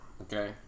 Okay